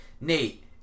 Nate